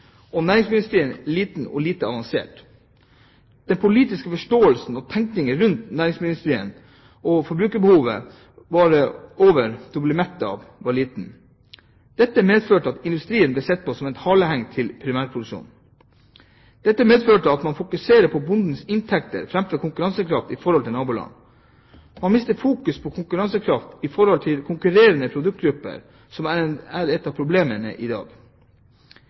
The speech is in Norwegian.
og næringsmiddelindustrien liten og lite avansert. Den politiske forståelsen av og tenkningen rundt næringsmiddelindustrien og forbrukerbehov utover å bli mett var liten. Dette medførte at industrien ble sett på som et haleheng til primærproduksjonen, og at man fokuserte på bondens inntekter framfor konkurransekraft i forhold til naboland. Man mistet fokus på konkurransekraft i forhold til konkurrerende produktgrupper, som er et av problemene i dag.